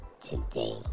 today